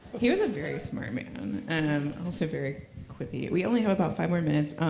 he was a very smart man. and and also very quippy. we only have about five more minutes.